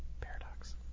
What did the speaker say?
Paradox